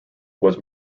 was